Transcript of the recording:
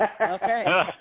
Okay